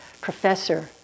professor